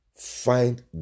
Find